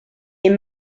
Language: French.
est